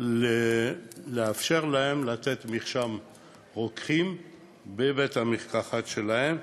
לתת מרשם רוקחים בבית-המרקחת שלהם,